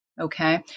Okay